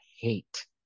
hate